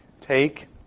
take